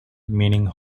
meaning